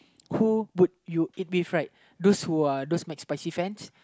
who would you eat with right those McSpicy fans